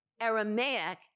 Aramaic